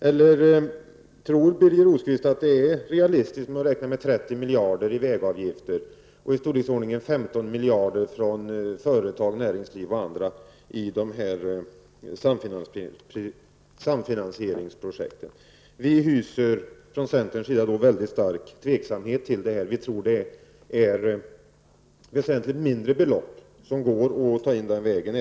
Eller tror Birger Rosqvist att det är realistiskt att räkna med 30 miljarder i vägavgifter och i storleksordningen 15 miljarder från bl.a. näringslivet i samfinansieringsprojekten? Vi hyser från centerns sida väldigt stor tveksamhet till detta. Vi tror att det är väsentligt mindre belopp som går att ta in den vägen.